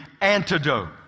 antidote